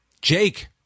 jake